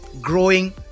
growing